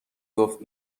گفت